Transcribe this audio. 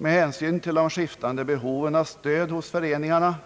Med hänsyn till de skiftande behoven av stöd hos föreningarna